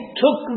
took